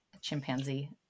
chimpanzee